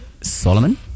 solomon